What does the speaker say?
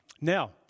Now